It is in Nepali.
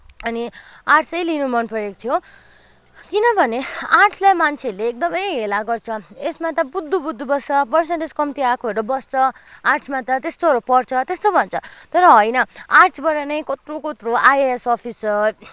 अनि आर्टसै लिनु मन परेको थियो किनभने आर्टसलाई मान्छेहरूले एकदमै हेला गर्छ यसमा त बुद्धु बुद्धु बस्छ पर्सेन्टेज कम्ती आएकोहरू बस्छ आर्टसमा त त्यस्तोहरू पढ्छ त्यस्तो भन्छ तर होइन आर्टसबाट नै कत्रो कत्रो आइएएस अफिसर